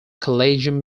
collegium